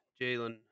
Jalen